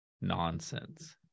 nonsense